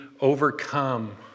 overcome